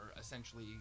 essentially